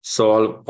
solve